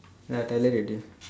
ya I tell her already